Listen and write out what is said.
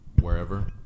wherever